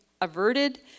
averted